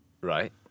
Right